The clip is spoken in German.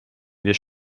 wir